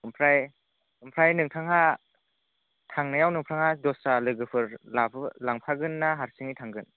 आमफ्राय आमफ्राय नोंथाङा थांनायाव नोंथाङा दस्रा लोगोफोर लांफा लांफागोन ना हारसिङै थांगोन